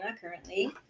currently